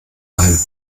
heim